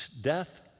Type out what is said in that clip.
death